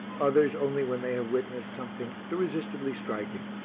others only when they have witnessed something irresistibly striking.